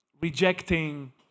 rejecting